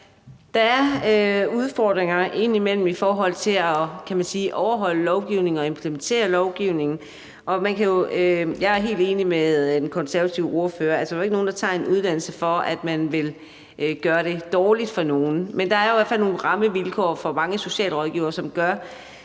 udfordringer, kan man sige, i forhold til at overholde lovgivningen og implementere lovgivningen. Og jeg er helt enig med den konservative ordfører i, at der ikke er nogen, der tager en uddannelse, fordi man vil gøre det dårligt for nogen. Men der er i hvert fald nogle rammevilkår for mange socialrådgivere, som gør,